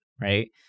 right